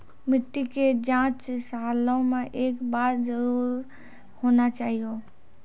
मिट्टी के जाँच सालों मे एक बार जरूर होना चाहियो?